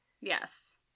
Yes